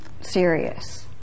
serious